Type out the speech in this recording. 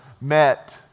met